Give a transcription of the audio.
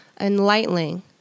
enlightening